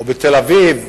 או בתל-אביב,